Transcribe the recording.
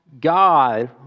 God